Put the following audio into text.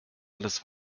alles